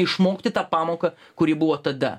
išmokti tą pamoką kuri buvo tada